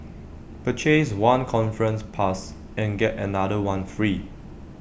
purchase one conference pass and get another one free